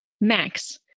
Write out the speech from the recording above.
Max